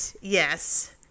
yes